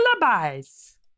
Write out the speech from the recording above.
lullabies